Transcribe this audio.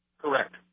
correct